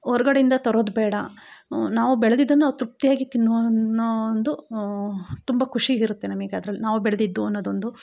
ಹೊರಗಡೆಯಿಂದ ತರೋದು ಬೇಡ ನಾವು ಬೆಳ್ದಿದನ್ನು ತೃಪ್ತಿಯಾಗಿ ತಿನ್ನೋ ಅನ್ನೋ ಒಂದು ತುಂಬ ಖುಷಿಯಿರತ್ತೆ ನಮಗ್ ಅದ್ರಲ್ಲಿ ನಾವು ಬೆಳೆದಿದ್ದು ಅನ್ನೊದೊಂದು